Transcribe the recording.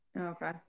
okay